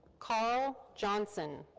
carl johnson.